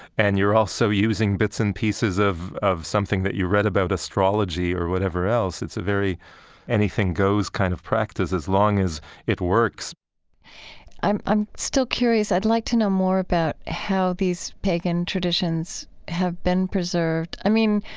and you're also using bits and pieces of of something that you read about astrology or whatever else. it's a very anything goes kind of practice, as long as it works i'm i'm still curious. i'd like to know more about how these pagan traditions have been preserved. i mean,